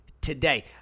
today